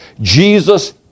Jesus